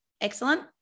Excellent